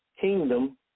kingdom